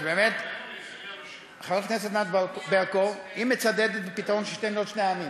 חברת הכנסת ברקו מצדדת בפתרון של שתי מדינות לשני עמים.